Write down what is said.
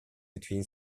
between